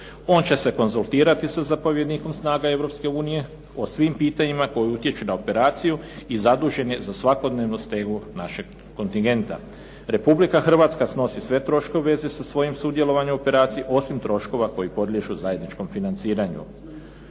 On će se konzultirati sa zapovjednikom snaga Europske unije o svim pitanjima koji utječu na operaciju i zadužen je za svakodnevnu stegu našeg kontingenta. Republika Hrvatska troši sve troškove u vezi sa svojim sudjelovanjem u operaciji osim troškova koji podliježu zajedničkom financiranju.